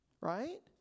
Right